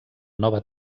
nova